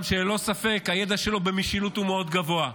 שללא ספק הידע שלו במשילות הוא מאוד גבוה,